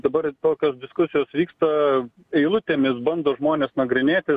dabar tokios diskusijos vyksta eilutėmis bando žmonės nagrinėtis